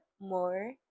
more